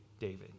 David